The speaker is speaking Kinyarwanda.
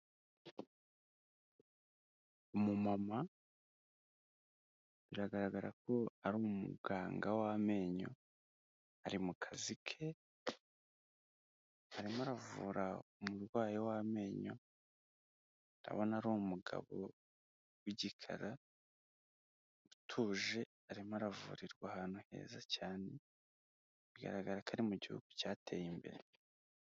Umumama biragaragara ko ari umuganga w'amenyo, ari mu kazi ke. Arimo aravura umurwayi w'amenyo, ndabona ari umugabo w'igikara utuje arimo aravurirwa ahantu heza cyane. Bigaragara ko ari mu gihugu cyateye imbere.